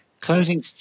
Closing